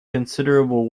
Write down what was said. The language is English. considerable